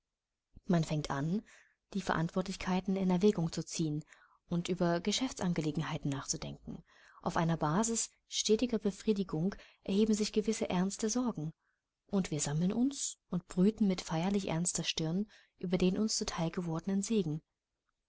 man fängt an die verantwortlichkeiten in erwägung zu ziehen und über geschäftsangelegenheiten nachzudenken auf einer basis stetiger befriedigung erheben sich gewisse ernste sorgen und wir sammeln uns und brüten mit feierlich ernster stirn über den uns zu teil gewordenen segen